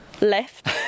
left